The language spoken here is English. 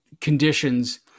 conditions